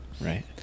Right